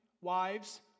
wives